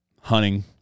hunting